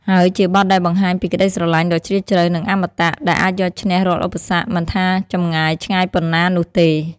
ហើយជាបទដែលបង្ហាញពីក្តីស្រឡាញ់ដ៏ជ្រាលជ្រៅ និងអមតៈ ដែលអាចយកឈ្នះរាល់ឧបសគ្គ មិនថាចម្ងាយឆ្ងាយប៉ុណ្ណានោះទេ។